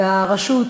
והרשות,